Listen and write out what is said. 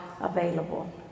available